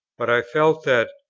but i felt that,